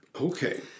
Okay